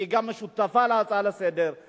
והיא גם שותפה להצעה לסדר-היום,